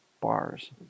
bars